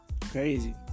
Crazy